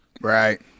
Right